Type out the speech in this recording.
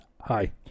Hi